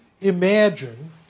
imagine